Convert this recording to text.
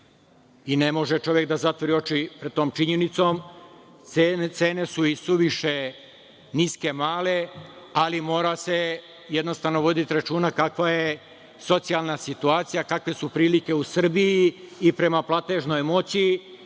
i ne može čovek da zatvori oči pred tom činjenicom. Cene su i suviše niske, male, ali mora se jednostavno voditi računa kakva je socijalna situacija, kakve su prilike u Srbiji i prema platežnoj moći